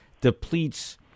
depletes